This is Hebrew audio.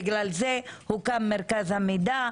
בגלל זה הוקם מרכז המידע,